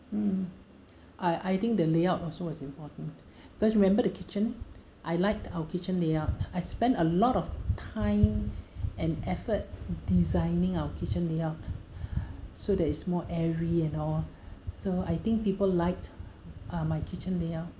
um I I think the layout also was important because remember the kitchen I liked our kitchen layout I spent a lot of time and effort designing our kitchen layout so that it's more airy and all so I think people liked uh my kitchen layout